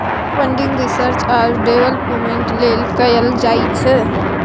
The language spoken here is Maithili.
फंडिंग रिसर्च आ डेवलपमेंट लेल कएल जाइ छै